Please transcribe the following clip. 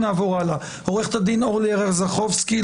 עו"ד אורלי ארז לחובסקי,